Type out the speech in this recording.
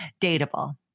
Dateable